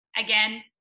Again